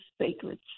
sacred